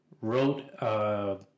wrote